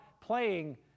playing